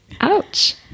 ouch